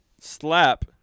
slap